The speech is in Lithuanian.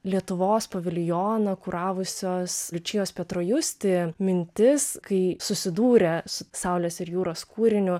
lietuvos paviljoną kuravusios liučijos petrojusti mintis kai susidūrė su saulės ir jūros kūriniu